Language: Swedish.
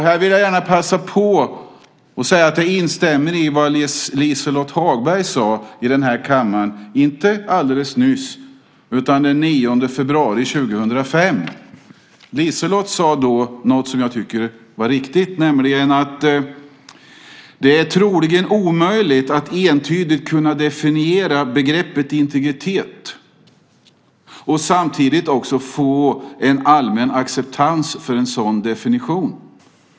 Här vill jag passa på att säga att jag instämmer i det som Liselott Hagberg sade i denna kammare, men inte alldeles nyss utan den 9 februari 2005. Hon sade då något som jag tycker är riktigt, nämligen att "det är troligen omöjligt att entydigt kunna definiera begreppet integritet och samtidigt också få en allmän acceptans för en sådan definition".